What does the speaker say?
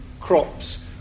crops